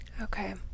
okay